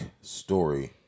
story